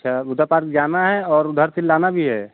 अच्छा गुड्डा पार्क जाना है और उधर से लाना भी है